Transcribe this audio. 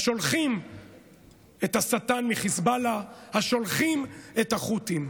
השולחים את השטן מחיזבאללה, השולחים את הח'ותים.